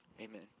amen